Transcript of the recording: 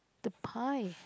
the pie